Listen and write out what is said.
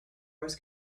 wars